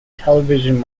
television